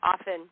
Often